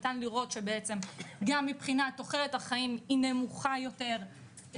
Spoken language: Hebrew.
ניתן לראות שבעצם גם מבחינת תוחלת החיים היא נמוכה יותר,